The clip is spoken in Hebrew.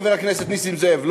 חבר הכנסת נסים זאב,